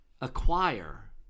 acquire